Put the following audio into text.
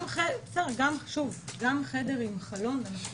גם חדר עם חלון אנחנו